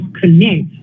connect